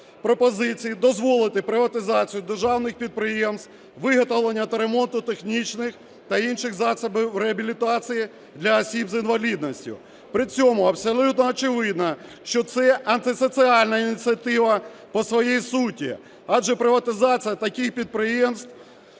пропозиції дозволити приватизацію державних підприємств з виготовлення та ремонту технічних та інших засобів реабілітації для осіб з інвалідністю. При цьому абсолютно очевидно, що це антисоціальна ініціатива по своїй суті, адже приватизація таких підприємств